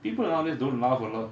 people nowadays don't laugh a lot